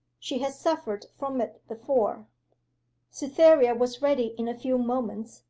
she has suffered from it before cytherea was ready in a few moments,